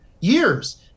years